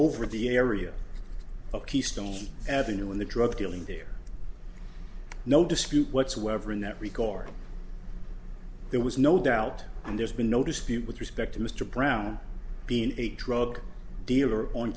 over the area of keystone avenue in the drug dealing they're no dispute whatsoever in that regard there was no doubt and there's been no dispute with respect to mr brown being a drug dealer on